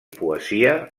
poesia